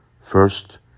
First